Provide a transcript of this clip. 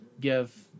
give